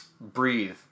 breathe